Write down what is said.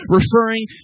referring